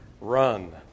Run